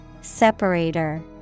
Separator